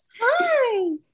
hi